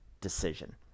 decision